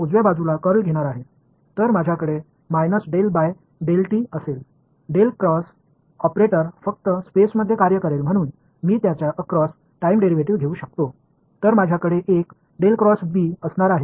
எனவே நான் del del D மூலம் மைனஸ் டெல் del t வைத்திருப்பேன் del del cross operator space மட்டுமே செயல்படுகிறது எனவே நான் அதை டைம் டிரைவேடிவ் முழுவதும் எடுத்துச் செல்ல முடியும்